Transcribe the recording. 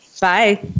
Bye